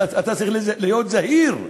צריך להסדיר אותו.